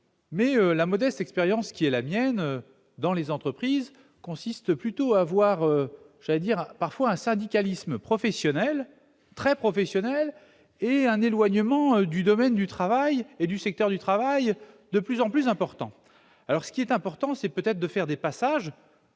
Mais la modeste expérience qui est la mienne, dans les entreprises consiste plutôt à avoir, j'allais dire parfois un syndicalisme professionnel très professionnel et un éloignement du domaine du travail et du secteur du travail de plus en plus importants alors ce qui est important, c'est peut-être de faire des passages